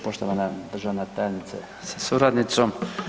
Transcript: Poštovana državna tajnice sa suradnicom.